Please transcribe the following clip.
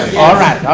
all right.